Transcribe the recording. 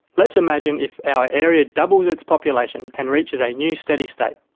let's imagine if our area doubles its population and reaches a new steady state.